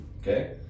okay